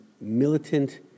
militant